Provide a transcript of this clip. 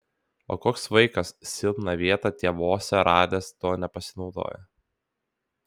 o koks vaikas silpną vietą tėvuose radęs tuo nepasinaudoja